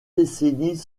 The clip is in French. décennies